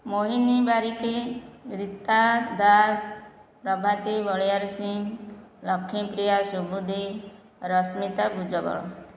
Mohini Barik Rita Das Prabhati Baliarsingh Lakshmipriya Subuddhi Rasmita Bhujbal